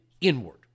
inward